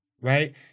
Right